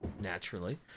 Naturally